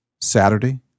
Saturday